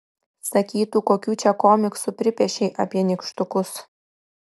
sakytų kokių čia komiksų pripiešei apie nykštukus